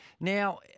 now